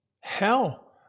Hell